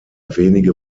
wenige